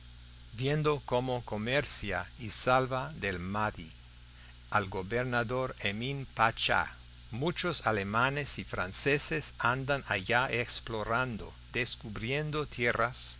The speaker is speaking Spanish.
viendo cómo comercia y salva del mahdí al gobernador emín pachá muchos alemanes y franceses andan allá explorando descubriendo tierras